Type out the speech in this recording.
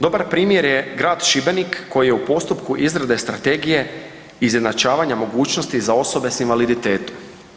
Dobar primjer je grad Šibenik koji je u postupku izrade strategije izjednačavanja mogućnosti za osobe s invaliditetom.